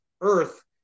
Earth